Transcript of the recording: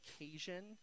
occasion